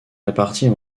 réparties